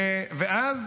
ואז